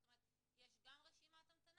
זאת אומרת יש גם רשימת המתנה,